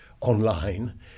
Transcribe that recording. online